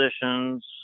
positions